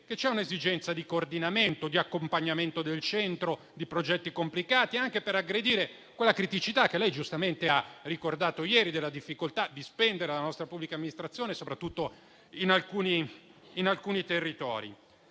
che c'è un'esigenza di coordinamento, di accompagnamento del centro e di progetti complicati, anche per aggredire la criticità che lei giustamente ha ricordato ieri, relativa alla difficoltà di spendere da parte della nostra pubblica amministrazione, soprattutto in alcuni territori.